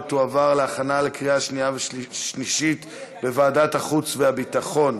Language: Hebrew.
ותועבר להכנה לקריאה שנייה ושלישית בוועדת החוץ והביטחון.